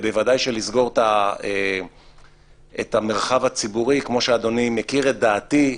ובוודאי שלסגור את המרחב הציבורי כמו שאדוני מכיר את דעתי,